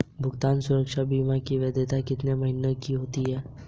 भुगतान सुरक्षा बीमा की वैधता कितने महीनों की होती है?